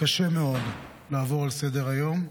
קשה מאוד לעבור לסדר-היום.